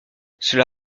cela